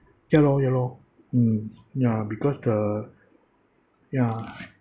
ya lor ya lor mm ya because the ya